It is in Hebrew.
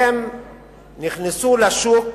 נכנסו לשוק